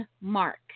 mark